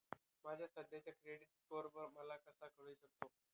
माझा सध्याचा credit score मला कसा कळू शकतो?